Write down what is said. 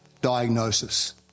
diagnosis